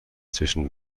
zwischen